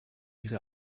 ihre